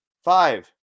Five